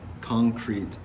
concrete